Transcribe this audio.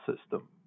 system